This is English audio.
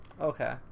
Okay